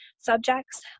subjects